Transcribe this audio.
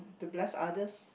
to bless others